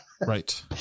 Right